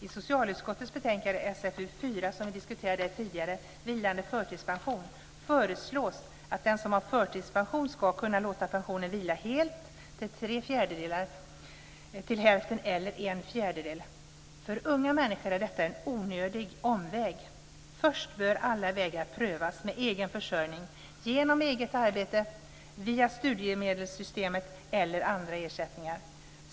I socialutskottets betänkande SfU5 Vilande förtidspension, som vi diskuterade tidigare, föreslås att den som har förtidspension ska kunna låta pensionen vila helt, till tre fjärdedelar, till hälften eller till en fjärdedel. För unga människor är detta en onödig omväg. Först bör alla vägar prövas med egen försörjning genom eget arbete, via studiemedelssystemet eller andra ersättningar.